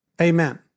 Amen